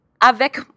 Avec